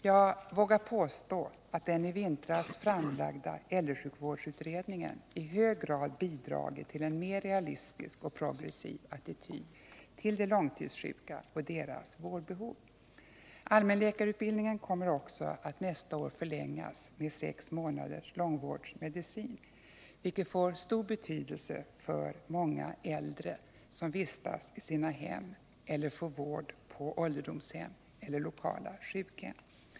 Jag vågar påstå att den i vintras framlagda äldresjukvårdsutredningen i hög grad bidragit till en mer realistisk och progressiv attityd till de långtidssjuka och deras vårdbehov. Allmänläkarutbildningen kommer också att nästa år förlängas med sex månaders långvårdsmedicin, vilket får stor betydelse för många äldre som vistas i sina hem eller får vård på ålderdomshem eller lokala sjukhem.